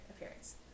appearance